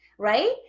Right